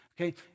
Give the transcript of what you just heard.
Okay